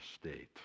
state